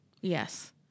Yes